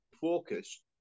focus